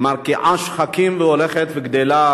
מרקיע שחקים והולך וגדל.